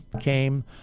came